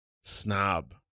snob